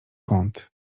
kąt